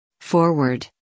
Forward